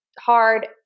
hard